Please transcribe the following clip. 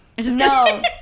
no